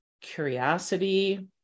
curiosity